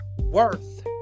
worth